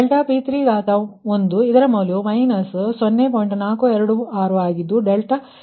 ∆P3ಇದರ ಮೌಲ್ಯವುಗೆ 0